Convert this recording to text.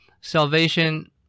salvation